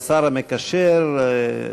השר המקשר,